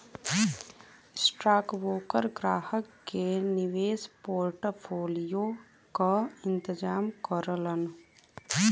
stockbroker ग्राहक के निवेश पोर्टफोलियो क इंतजाम करलन